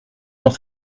dans